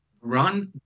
run